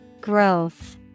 Growth